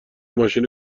ماشین